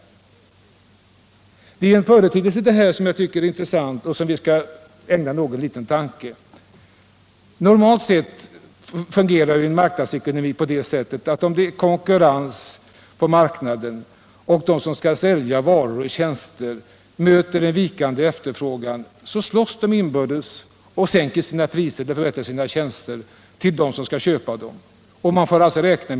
Det finns en företeelse i detta sammanhang som är intressant och som vi skall ägna någon liten tanke åt. Normalt sett fungerar en marknadsekonomi så att de som bjuder ut varor och tjänster, i en konkurrenssituation på marknaden och när de möter en vikande efterfrågan slåss inbördes, sänker sina priser och anpassar sina tjänster till dem som skall köpa produkterna.